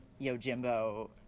Yojimbo